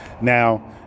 Now